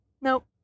Nope